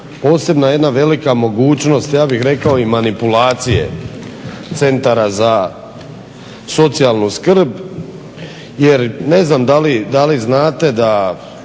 posebna jedna velika mogućnost, ja bih rekao i manipulacije centara za socijalnu skrb, jer ne znam da li znate da